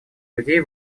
людей